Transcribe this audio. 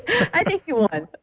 i think you won